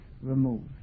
removed